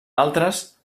altres